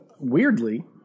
Weirdly